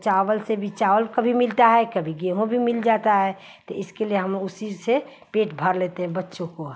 चावल से भी चावल कभी मिलता है कभी गेहूँ भी मिल जाता है तो इसके लिए हम उसी से पेट भर लेते हैं बच्चों का